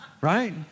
Right